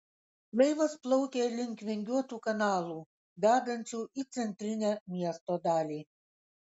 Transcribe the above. laivas plaukė link vingiuotų kanalų vedančių į centrinę miesto dalį